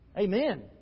Amen